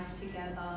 together